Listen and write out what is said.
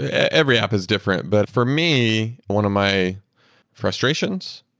ah every app is different. but for me, one of my frustrations,